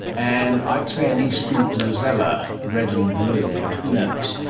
and i'd say an eastern rosella, red and blue, but who knows.